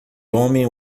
homem